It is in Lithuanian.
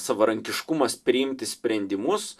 savarankiškumas priimti sprendimus